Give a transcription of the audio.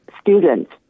students